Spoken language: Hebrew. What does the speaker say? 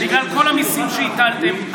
בגלל כל המיסים שהטלתם,